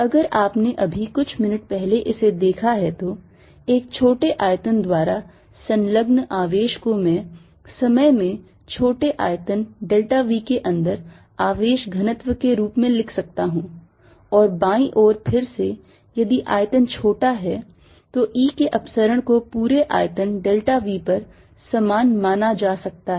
अगर आपने अभी कुछ मिनट पहले इसे देखा है तो एक छोटे आयतन द्वारा संलग्न आवेश को मैं समय में छोटे आयतन delta V के अंदर आवेश घनत्व के रूप में लिख सकता हूं और बाईं ओर फिर से यदि आयतन छोटा है तो E के अपसरण को पूरे आयतन डेल्टा V पर समान माना जा सकता है